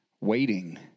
waiting